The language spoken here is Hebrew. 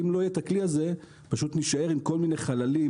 אם לא יהיה הכלי הזה פשוט נישאר עם כל מיני חללים,